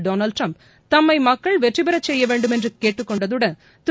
Donald Trump தம்மை மக்கள் வெற்றிபெற செய்ய வேண்டும் என்று கேட்டுக்கொண்ட அவர் திரு